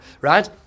right